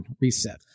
reset